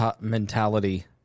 mentality